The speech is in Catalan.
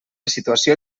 situació